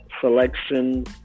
selection